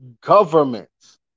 governments